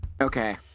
Okay